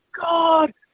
God